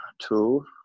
two